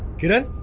kiran